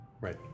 right